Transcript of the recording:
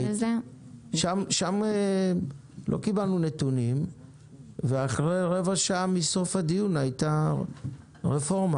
לא קיבלנו נתונים ואחרי רבע שעה מסוף הדיון הייתה רפורמה.